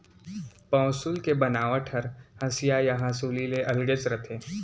पौंसुल के बनावट हर हँसिया या हँसूली ले अलगेच रथे